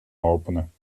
openen